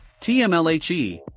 TMLHE